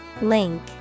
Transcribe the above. Link